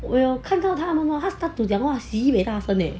我有看到他们他 start to 讲话 sibei 大声 leh